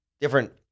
different